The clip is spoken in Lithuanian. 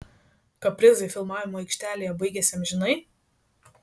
kaprizai filmavimo aikštelėje baigėsi amžinai